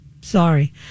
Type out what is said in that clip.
Sorry